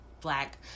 black